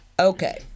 Okay